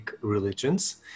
religions